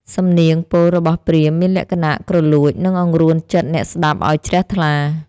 សំនៀងពោលរបស់ព្រាហ្មណ៍មានលក្ខណៈគ្រលួច និងអង្រួនចិត្តអ្នកស្ដាប់ឱ្យជ្រះថ្លា។